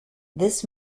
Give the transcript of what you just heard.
this